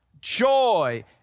joy